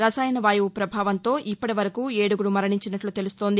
రసాయన వాయువు ప్రభావంతో ఇప్పటివరకు ఏడుగురు మరణించినట్లు తెలుస్తోంది